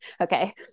Okay